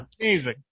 Amazing